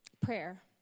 prayer